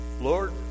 lord